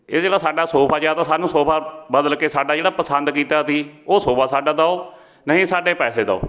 ਇਹ ਜਿਹੜਾ ਸਾਡਾ ਸੋਫਾ ਜਾਂ ਤਾਂ ਸਾਨੂੰ ਸੋਫਾ ਬਦਲ ਕੇ ਸਾਡਾ ਜਿਹੜਾ ਪਸੰਦ ਕੀਤਾ ਸੀ ਉਹ ਸੋਫਾ ਸਾਡਾ ਦਿਉ ਨਹੀਂ ਸਾਡੇ ਪੈਸੇ ਦਿਉ